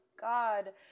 God